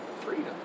freedom